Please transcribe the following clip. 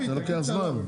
זה לוקח זמן.